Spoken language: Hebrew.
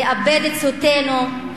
לאבד את זהותנו,